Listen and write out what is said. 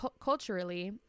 culturally